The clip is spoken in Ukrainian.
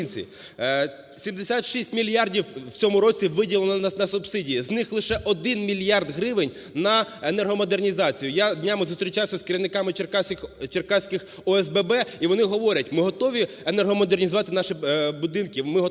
76 мільярдів у цьому році виділено на субсидії, з них лише 1 мільярд гривень наенергомодернізацію. Я днями зустрічався з керівниками черкаських ОСББ. І вони говорять: ми готові енергомодернізувати наші будинки,